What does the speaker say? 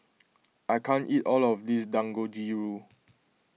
I can't eat all of this Dangojiru